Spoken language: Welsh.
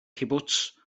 cibwts